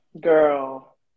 Girl